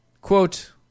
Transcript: Quote